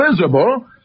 visible